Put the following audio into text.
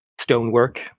stonework